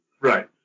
Right